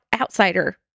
outsider